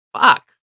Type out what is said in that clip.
Fuck